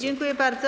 Dziękuję bardzo.